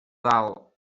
dalt